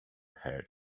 heir